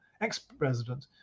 ex-president